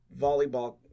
volleyball